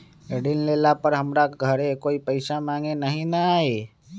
ऋण लेला पर हमरा घरे कोई पैसा मांगे नहीं न आई?